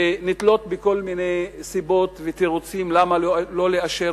ונתלות בכל מיני סיבות ותירוצים למה לא לאשר